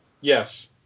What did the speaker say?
Yes